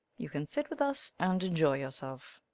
you can sit with us and enjoy yourself.